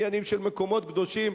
עניינים של מקומות קדושים?